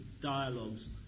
dialogues